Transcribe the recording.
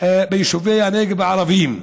הנגב הערביים.